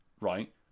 right